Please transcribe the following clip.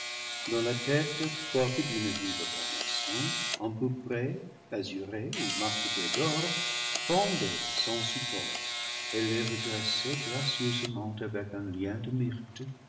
dont la tête quoique d'une vive carnation empourprée azurée ou marquetée d'or pendait sans support elle les redressait gracieusement avec un lien de myrte